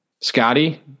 Scotty